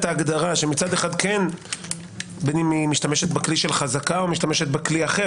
ההגדרה שמצד אחד משתמשת בכלי של חזקה או משתמשת בכלי אחר